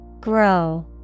Grow